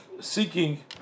seeking